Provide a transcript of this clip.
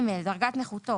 דרגת נכותו